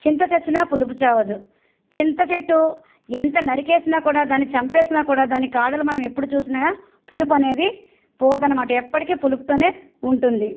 చింత చచ్చినా పులుపు చావదు చింత చెట్టు ఎంత నరికేసిన కూడా దాన్ని చంపేసినా కూడా దాని కాడలు మనం ఎప్పుడు చూసినా పులుపు అనేది పోదు అన్నమాట ఎప్పటికీ పులుపుతోనే ఉంటుంది